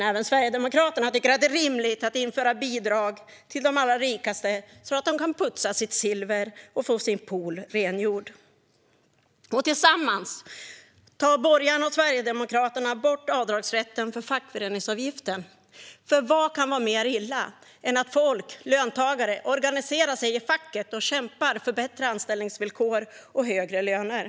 Även Sverigedemokraterna tycker att det är rimligt att införa bidrag till de allra rikaste så att de kan få sitt silver putsat och sin pool rengjord. Och tillsammans tar borgarna och Sverigedemokraterna bort avdragsrätten för fackföreningsavgiften, för vad kan vara mer illa än att löntagare organiserar sig i facket och kämpar för bättre anställningsvillkor och högre löner?